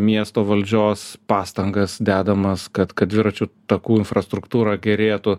miesto valdžios pastangas dedamas kad kad dviračių takų infrastruktūra gerėtų